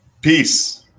Peace